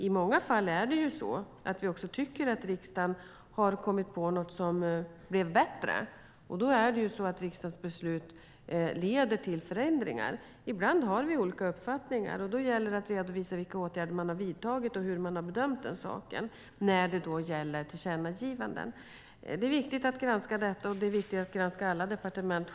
I många fall är det så att vi tycker att riksdagen har kommit på något som blev bättre, och då leder riksdagens beslut till förändringar. Ibland har vi dock olika uppfattningar, och då gäller det för regeringen att redovisa vilka åtgärder den har vidtagit och hur den har bedömt saken när det gäller tillkännagivanden. Det är viktigt att granska detta, och det är självklart viktigt att granska alla departement.